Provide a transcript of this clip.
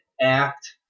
act